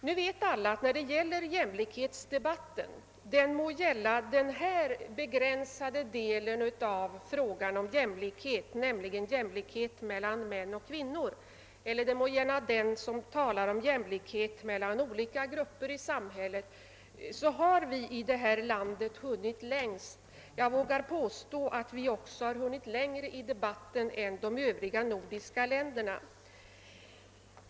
Alla vet att vi i detta land när det gäller jämlikhetsdebatten — den må gälla denna begränsade del av frågan om jämlikhet, nämligen jämlikhet mellan män och kvinnor, eller den må gälla jämlikhet mellan olika grupper i samhället — hunnit längst. Jag vågar påstå att vi också har hunnit längre i debatten än de övriga nordiska länderna.